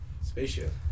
Spaceship